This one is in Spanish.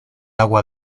agua